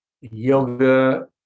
yoga